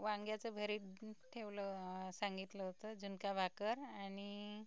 वांग्याचं भरीत ठेवलं सांगितलं होतं झुणका भाकर आणि